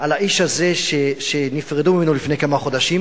על האיש הזה שנפרדו ממנו לפני כמה חודשים